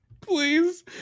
Please